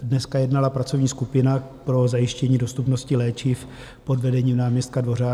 Dneska jednala pracovní skupina pro zajištění dostupnosti léčiv pod vedením náměstka Dvořáčka.